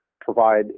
provide